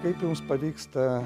kaip jums pavyksta